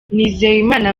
nizeyimana